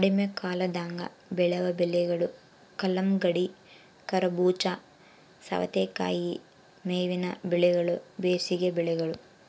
ಕಡಿಮೆಕಾಲದಾಗ ಬೆಳೆವ ಬೆಳೆಗಳು ಕಲ್ಲಂಗಡಿ, ಕರಬೂಜ, ಸವತೇಕಾಯಿ ಮೇವಿನ ಬೆಳೆಗಳು ಬೇಸಿಗೆ ಬೆಳೆಗಳು